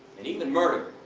and even murder.